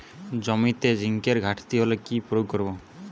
জমিতে জিঙ্কের ঘাটতি হলে কি প্রয়োগ করব?